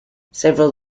several